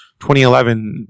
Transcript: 2011